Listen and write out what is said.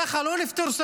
ככה לא נפתור